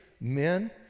men